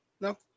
No